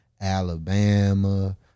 alabama